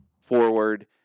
forward